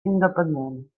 independent